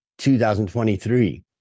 2023